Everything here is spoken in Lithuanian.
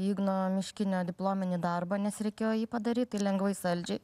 igno miškinio diplominį darbą nes reikėjo jį padaryt tai lengvai saldžiai